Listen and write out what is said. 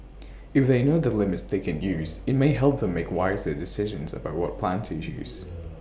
if they know the limits they can use IT may help them make wiser decisions about what plan to choose